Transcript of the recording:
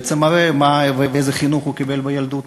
בעצם מראה איזה חינוך הוא קיבל בילדות,